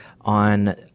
on